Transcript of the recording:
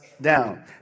down